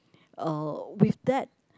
uh with that